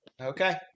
okay